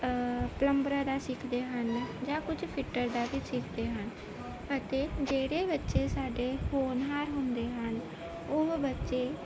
ਪਲੰਬਰਾਂ ਦਾ ਸਿੱਖਦੇ ਹਨ ਜਾਂ ਕੁਝ ਫਿਟਰ ਜਾ ਕੇ ਸਿੱਖਦੇ ਹਨ ਅਤੇ ਜਿਹੜੇ ਬੱਚੇ ਸਾਡੇ ਹੋਣਹਾਰ ਹੁੰਦੇ ਹਨ ਉਹ ਬੱਚੇ